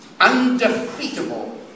undefeatable